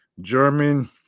german